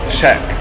check